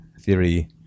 theory